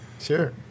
Sure